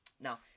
Now